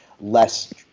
less